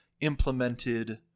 implemented